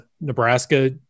Nebraska